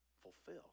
fulfill